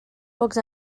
pocs